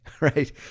right